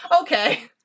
Okay